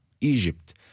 Egypt